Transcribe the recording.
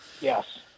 Yes